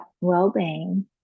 well-being